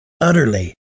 utterly